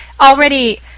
already